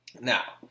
Now